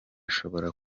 nshobora